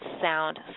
sound